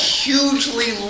hugely